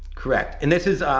correct. and this is